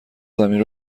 زمین